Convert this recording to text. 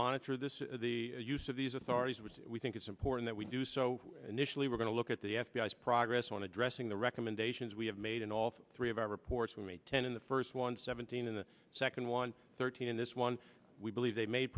monitor this the use of these authorities which we think it's important that we do so initially we're going to look at the f b i s progress on addressing the recommendations we have made in all three of our reports from a ten in the first one seventeen and the second one thirteen in this one we believe they made